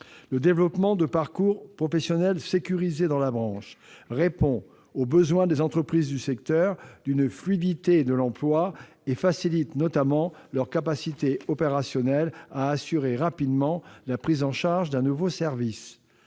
Le développement de parcours professionnels sécurisés dans la branche répond aux besoins des entreprises du secteur d'une fluidité de l'emploi, et facilite notamment leur capacité opérationnelle à assurer rapidement la prise en charge d'un nouveau service.